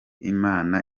n’imana